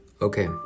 Okay